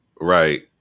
Right